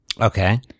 Okay